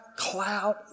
Cloud